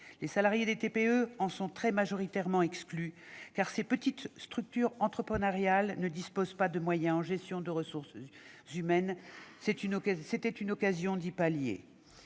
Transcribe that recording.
Les salariés des TPE en sont très majoritairement exclus, car ces petites structures entrepreneuriales ne disposent pas des moyens nécessaires en termes de gestion des ressources humaines. C'était une occasion d'y remédier.